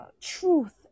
truth